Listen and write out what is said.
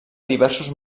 diversos